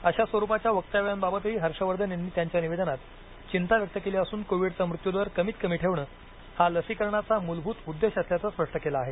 अशा स्वरुपाच्या वक्तव्यांबाबबतही हर्षवर्धन यांनी त्यांच्या निवेदनात चिंता व्यक्त केली असून कोविडचा मृत्यू दर कमीत कमी ठेवणे हा लसीकरणाचा मूलभूत उद्देश असल्याचं स्पष्ट केलं आहे